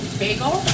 bagel